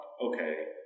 okay